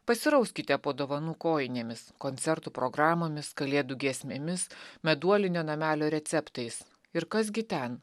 pasirauskite po dovanų kojinėmis koncertų programomis kalėdų giesmėmis meduolinio namelio receptais ir kas gi ten